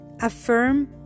Affirm